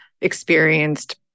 experienced